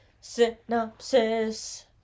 Synopsis